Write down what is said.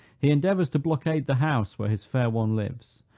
he endeavors to blockade the house where his fair one lives,